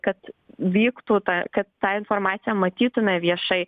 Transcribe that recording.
kad vyktų ta kad tą informaciją matytume viešai